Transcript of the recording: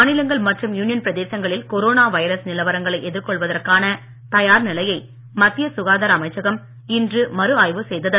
மாநிலங்கள் மற்றும் யூனியன் பிரதேசங்களில் கொரோனா வைரஸ் நிலவரங்களை எதிர்கொள்வதற்கான தயார் நிலையை மத்திய சுகாதார அமைச்சகம் இன்று மறு ஆய்வு செய்ததது